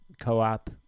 co-op